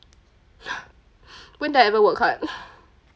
when did I ever work hard